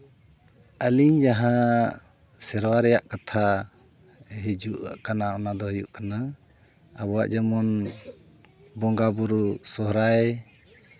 ᱟᱹᱞᱤᱧ ᱡᱟᱦᱟᱸ ᱥᱮᱨᱣᱟ ᱨᱮᱭᱟᱜ ᱠᱟᱛᱷᱟ ᱦᱤᱡᱩᱜ ᱠᱟᱱᱟ ᱚᱱᱟᱫᱚ ᱦᱩᱭᱩᱜ ᱠᱟᱱᱟ ᱟᱵᱚᱣᱟᱜ ᱡᱮᱢᱚᱱ ᱵᱚᱸᱜᱟᱼᱵᱩᱨᱩ ᱥᱚᱦᱚᱨᱟᱭ